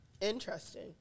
Interesting